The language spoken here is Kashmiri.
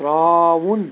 ترٛاوُن